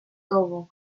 togo